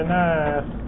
nice